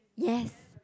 yes